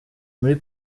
muri